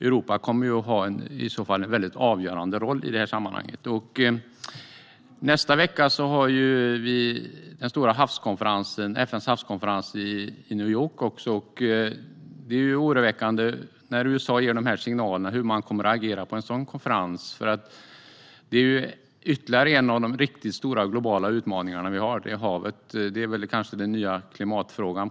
Europa kommer i så fall att ha en avgörande roll i sammanhanget. Nästa vecka har vi den stora havskonferensen, FN:s havskonferens, i New York. Det är oroväckande när USA ger dessa signaler. Hur kommer man att agera på en sådan konferens? Havet är ju ytterligare en av de riktigt stora globala utmaningar som vi har. Det är på ett sätt kanske den nya klimatfrågan.